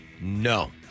No